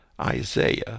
Isaiah